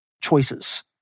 choices